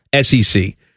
SEC